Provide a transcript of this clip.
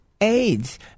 AIDS